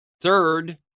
Third